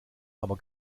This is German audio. aber